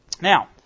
Now